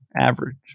average